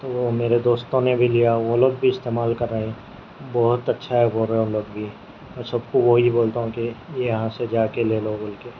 وہ میرے دوستوں نے بھی لیا وہ لوگ بھی استعمال کر رہے بہت اچھا ہے بول رہے وہ لوگ بھی میں سب کو وہی بولتا ہوں کہ یہاں سے جا کے لے لو بول کے